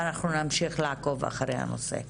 ואנחנו נמשיך לעקוב אחרי הנושא.